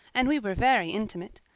and we were very intimate.